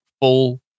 full